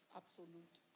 absolute